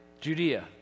Judea